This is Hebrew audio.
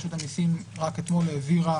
רשות המיסים רק אתמול העבירה